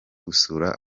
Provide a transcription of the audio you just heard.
gusura